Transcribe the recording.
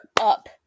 up